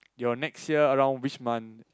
your next year around which month